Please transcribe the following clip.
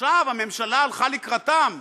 עכשיו הממשלה הלכה לקראתם,